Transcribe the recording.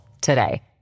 today